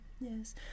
Yes